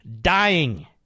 Dying